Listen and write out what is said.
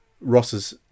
Ross's